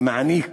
שמעניק